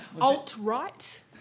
Alt-right